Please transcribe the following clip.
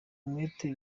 umwete